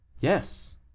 Yes